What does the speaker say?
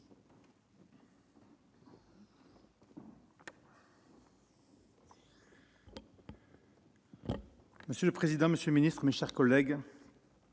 Monsieur le président, monsieur le rapporteur, mes chers collègues,